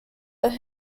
their